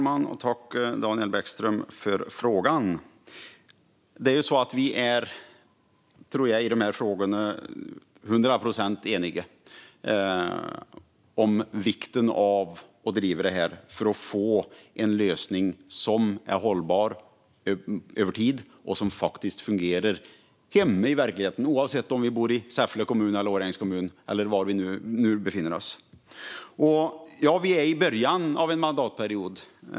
Herr talman! Tack, Daniel Bäckström, för frågan! Vi är 100 procent eniga i de här frågorna om vikten av att driva detta för att få en lösning som är hållbar över tid och som fungerar hemma i verkligheten oavsett om vi bor i Säffle kommun, i Årjängs kommun eller var vi nu befinner oss. Vi är i början av en mandatperiod.